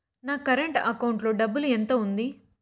నా current account లో డబ్బులు ఎంత ఉంది?